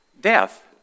Death